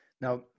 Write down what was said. Now